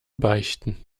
beichten